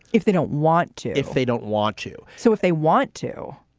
if they don't want to. if they don't want to. so if they want to,